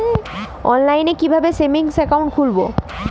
অনলাইনে কিভাবে savings account খুলবো?